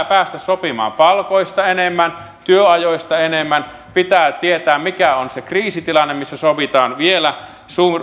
päästä sopimaan palkoista enemmän työajoista enemmän pitää tietää mikä on se kriisitilanne missä sovitaan vielä